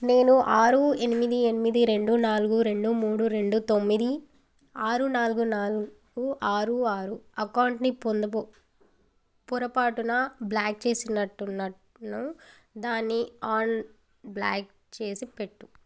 నేను ఆరు ఎనిమిది ఎనిమిది రెండు నాలుగు రెండు మూడు రెండు తొమ్మిది ఆరు నాలుగు నాలుగు ఆరు ఆరు ఆరు అకౌంట్ని పొందబో పొరపాటున బ్ల్యాక్ చేసినట్టున్నట్టున్నా దాన్ని ఆన్ బ్ల్యాక్ చేసిపెట్టు